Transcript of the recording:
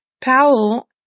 Powell